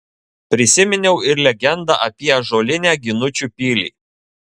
prisiminiau ir legendą apie ąžuolinę ginučių pilį